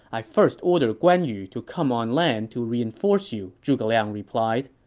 i first ordered guan yu to come on land to reinforce you, zhuge liang replied.